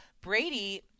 Brady